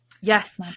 yes